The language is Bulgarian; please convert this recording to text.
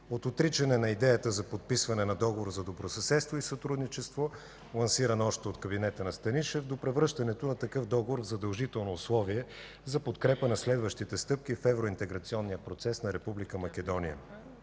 от отричане на идеята за подписване на Договор за добросъседство и сътрудничество, лансирана още от кабинета на Станишев, до превръщането на такъв договор в задължително условие за подкрепа на следващите стъпки в евроинтеграционния процес на Република Македония